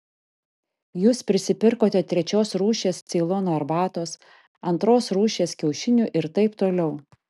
jūs prisipirkote trečios rūšies ceilono arbatos antros rūšies kiaušinių ir taip toliau